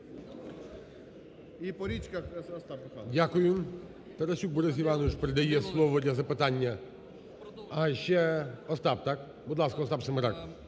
Дякую. Тарасюк Борис Іванович передає слово для запитання… А ще Остап, так. Будь ласка, Остап Семерак.